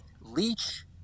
leech